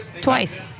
Twice